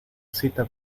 cita